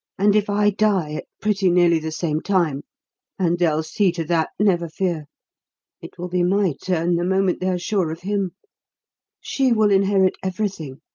and if i die at pretty nearly the same time and they'll see to that, never fear it will be my turn the moment they are sure of him she will inherit everything.